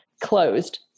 closed